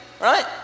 right